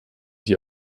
die